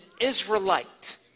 Israelite